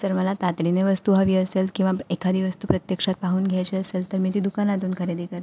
जर मला तातडीने वस्तू हवी असेल किंवा एखादी वस्तू प्रत्यक्षात पाहून घ्यायची असेल तर मी ती दुकानातून खरेदी करते